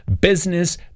business